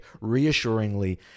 reassuringly